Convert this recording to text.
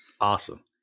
Awesome